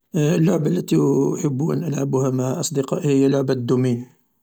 اللعبة التي أحب أن ألعبها مع أصدقائي هي لعبة الدومين.